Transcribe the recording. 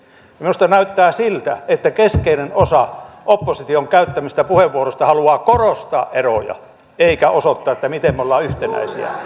minusta näyttää siltä että keskeinen osa opposition käyttämistä puheenvuoroista haluaa korostaa eroja eikä osoittaa miten me olemme yhtenäisiä